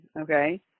okay